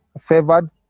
favored